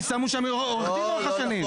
כי שמו שם עורך דין לעורך השנים.